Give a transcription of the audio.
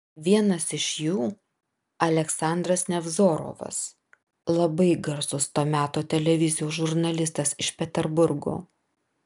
vienas iš jų aleksandras nevzorovas labai garsus to meto televizijos žurnalistas iš peterburgo